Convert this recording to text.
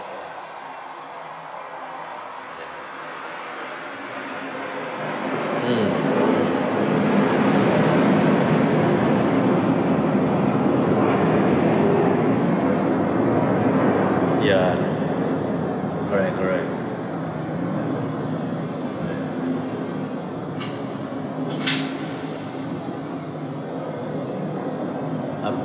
ya correct correct